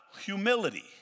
humility